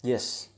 yes